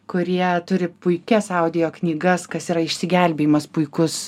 kurie turi puikias audio knygas kas yra išsigelbėjimas puikus